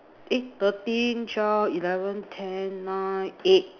eh thirteen twelve eleven ten nine eight